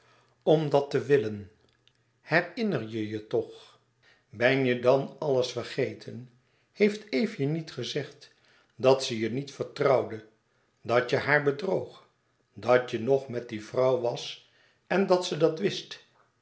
om dàt te willen herinner je je toch ben je dan alles vergeten heeft eve je niet gezegd dat ze je niet vertrouwde dat je haar bedroog dat je nog met die vrouw was en dat ze dat wist